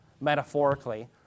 metaphorically